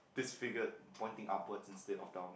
disfigured pointing upward instead of down